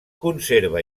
conserva